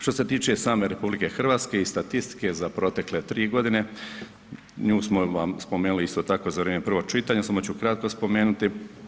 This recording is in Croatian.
Što se tiče same RH i statistike za protekle 3 godine, nju smo vam spomenuli isto tako, za vrijeme prvog čitanja, samo ću kratko spomenuti.